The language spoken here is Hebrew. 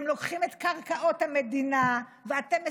הם לוקחים את קרקעות המדינה,